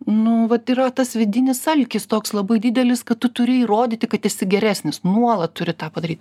nu vat yra tas vidinis alkis toks labai didelis kad tu turi įrodyti kad esi geresnis nuolat turi tą padaryt